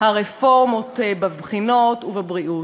הרפורמות בבחינות ובבריאות.